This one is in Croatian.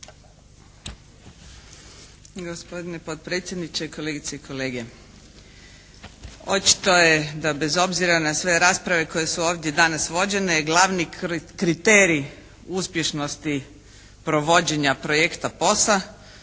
Gospodine potpredsjedniče, kolegice i kolege. Očito je da bez obzira na sve rasprave koje su ovdje danas vođene glavni kriterij uspješnosti provođenja projekta POS-a